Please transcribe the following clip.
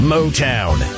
Motown